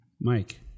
Mike